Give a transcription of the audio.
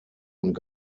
und